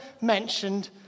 mentioned